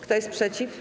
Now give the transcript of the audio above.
Kto jest przeciw?